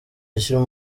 ashyira